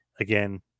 Again